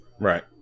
Right